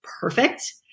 perfect